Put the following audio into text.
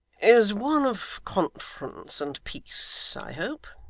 is one of conference and peace, i hope